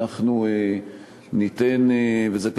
וזה,